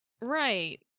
Right